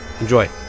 Enjoy